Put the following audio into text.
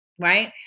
right